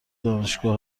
دانشگاه